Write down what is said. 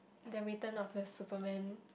the return of the superman